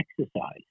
exercise